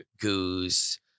goose